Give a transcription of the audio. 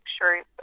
sure